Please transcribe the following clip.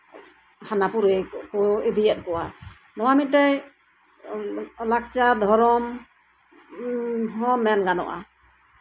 ᱦᱟᱱᱟᱯᱩᱨᱤ ᱠᱚ ᱤᱫᱤᱭᱮᱫ ᱠᱚᱣᱟ ᱱᱚᱣᱟ ᱢᱤᱫᱴᱮᱡ ᱞᱟᱠᱪᱟᱨ ᱫᱷᱚᱨᱚᱢ ᱦᱚᱸ ᱢᱮᱱ ᱜᱟᱱᱚᱜᱼᱟ